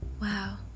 Wow